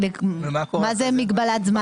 מה זה מגבלת זמן?